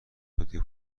دیگه